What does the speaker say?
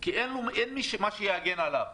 כי אין מה שיגן עליו.